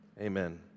Amen